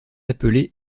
appelé